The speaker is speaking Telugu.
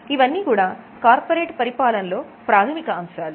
ఇవన్నీ కూడా కార్పొరేట్ పరిపాలన లో ప్రాథమిక అంశాలు